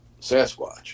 Sasquatch